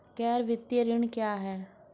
गैर वित्तीय ऋण क्या है?